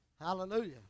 Hallelujah